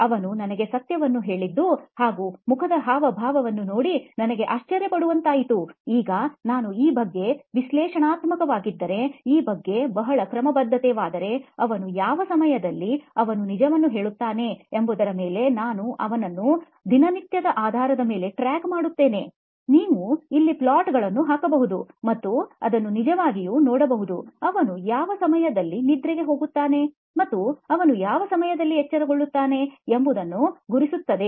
ಅವನು ನನಗೆ ಸತ್ಯವನು ಹೇಳಿದ್ದು ಹಾಗು ಮುಖದ ಹಾವಭಾವ ನೋಡಿ ನನಗೆ ಆಶ್ಚರ್ಯ ಪಡುವಂತಾಯಿತು ಈಗ ನಾನು ಈ ಬಗ್ಗೆ ವಿಶ್ಲೇಷಣಾತ್ಮಕವಾಗಿದ್ದರೆ ಈ ಬಗ್ಗೆ ಬಹಳ ಕ್ರಮಬದ್ಧವಾದರೆ ಅವನು ಯಾವ ಸಮಯದಲ್ಲಿ ಅವನು ನಿಜವನ್ನು ಹೇಳುತ್ತಾನೋ ಎಂಬುದರ ಮೇಲೆ ನಾನು ಅವನನ್ನು ದಿನನಿತ್ಯದ ಆಧಾರದ ಮೇಲೆ ಟ್ರ್ಯಾಕ್ ಮಾಡುತ್ತೇನೆ ನೀವು ಇಲ್ಲಿ plot ಗಳನ್ನು ಹಾಕಬಹುದು ಮತ್ತು ಅದನ್ನು ನಿಜವಾಗಿ ನೋಡಬಹುದು ಅವನು ಯಾವ ಸಮಯದಲ್ಲಿ ನಿದ್ರೆಗೆ ಹೋಗುತ್ತಾನೆ ಮತ್ತು ಅವನು ಯಾವ ಸಮಯದಲ್ಲಿ ಎಚ್ಚರಗೊಳ್ಳುತ್ತಾನೆ ಎಂಬುದನ್ನು ಗುರುತಿಸುತ್ತದೆ